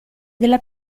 della